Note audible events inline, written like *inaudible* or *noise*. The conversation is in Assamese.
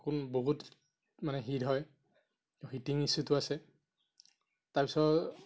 *unintelligible* বহুত মানে হিট হয় হিটিং ইছ্যুটো আছে তাৰপিছত